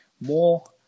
More